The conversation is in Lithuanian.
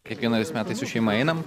kiekvienais metais su šeima einame